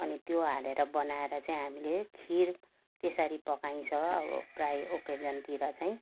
अनि त्यो हालेर बनाएर चाहिँ हामीले खिर त्यसरी पकाइन्छ अब प्रायः अकेजनतिर चाहिँ